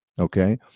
Okay